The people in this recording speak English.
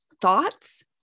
thoughts